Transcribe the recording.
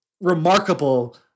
remarkable